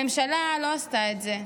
הממשלה לא עשתה את זה,